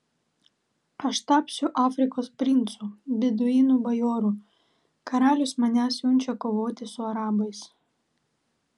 aš tapsiu afrikos princu beduinų bajoru karalius mane siunčia kovoti su arabais